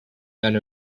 and